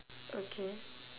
okay